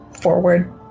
forward